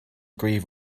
grieve